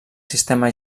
sistema